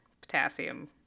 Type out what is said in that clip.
potassium